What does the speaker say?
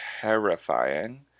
terrifying